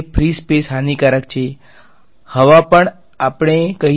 વિદ્યાર્થી તો જ્યારે ક્ષેત્ર યુનીક ન હોય અને દાખલો બેસાડે ત્યારે આપણે કહી શકીએ